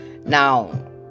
Now